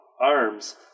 arms